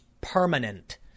permanent